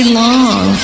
long